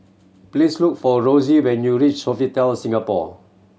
please look for Rosy when you reach Sofitel Singapore